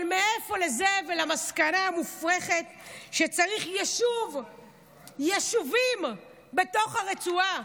אבל מאיפה לזה ולמסקנה המופרכת שצריך יישובים בתוך הרצועה?